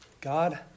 God